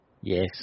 yes